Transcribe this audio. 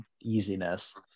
easiness